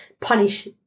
punish